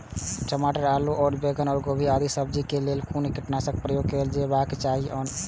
टमाटर और आलू और बैंगन और गोभी आदि सब्जी केय लेल कुन कीटनाशक प्रयोग कैल जेबाक चाहि आ कोना?